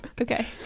Okay